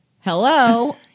Hello